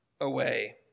away